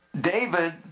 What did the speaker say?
David